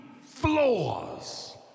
floors